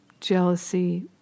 jealousy